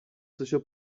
sessió